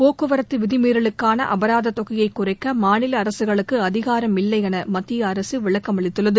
போக்குவரத்து விதிமீறலுக்கான அபராதத் தொகையை குறைக்க மாநில அரசுகளுக்கு அதிகாரம் இல்லை என மத்திய அரசு விளக்கமளித்துள்ளது